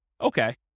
Okay